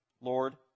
Lord